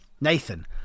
Nathan